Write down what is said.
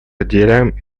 разделяем